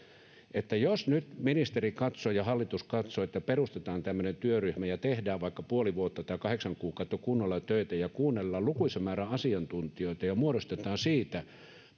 ja nyt kun ministeri katsoo ja hallitus katsoo että perustetaan tämmöinen työryhmä ja tehdään vaikka puoli vuotta tai kahdeksan kuukautta kunnolla töitä ja kuunnellaan lukuisa määrä asiantuntijoita ja muodostetaan siitä